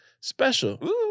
special